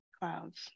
Clouds